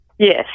yes